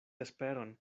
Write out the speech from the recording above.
esperon